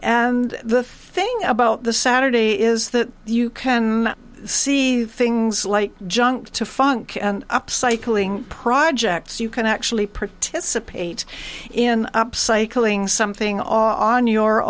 and the thing about the saturday is that you can see see things like junk to funk up cycling projects you can actually participate in up cycling something off on your